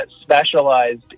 specialized